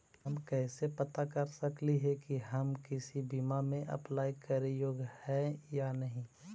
हम कैसे पता कर सकली हे की हम किसी बीमा में अप्लाई करे योग्य है या नही?